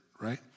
right